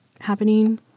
happening